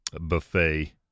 buffet